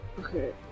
Okay